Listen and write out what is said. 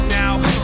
now